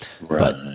Right